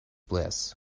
bliss